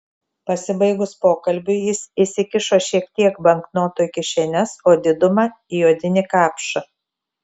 pasibaigus pokalbiui jis įsikišo šiek tiek banknotų į kišenes o didumą į odinį kapšą